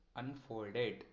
unfolded